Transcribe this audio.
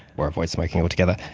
or avoid smoking altogether.